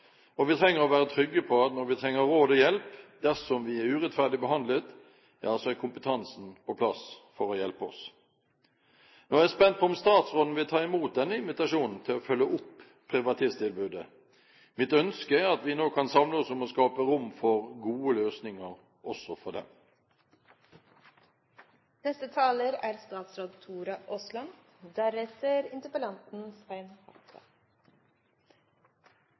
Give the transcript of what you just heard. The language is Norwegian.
og vi trenger å være trygge på at når vi trenger råd og hjelp dersom vi er urettferdig behandlet, ja så er kompetansen på plass for å hjelpe oss. Nå er jeg spent på om statsråden vil ta imot denne invitasjonen til å følge opp privatisttilbudet. Mitt ønske er at vi nå kan samle oss om å skape rom for gode løsninger også for